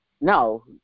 no